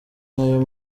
nayo